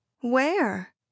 Where